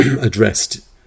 addressed